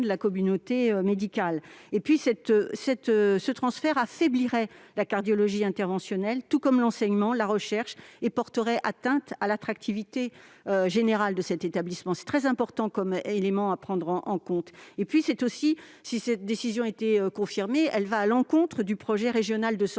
de la communauté médicale. De plus, ce transfert affaiblirait la cardiologie interventionnelle, tout comme l'enseignement et la recherche, et porterait atteinte à l'attractivité générale de cet établissement. Il est très important de prendre cet élément en compte. Au reste, si cette décision était confirmée, elle irait à l'encontre du projet régional de santé